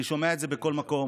אני שומע את זה בכל מקום,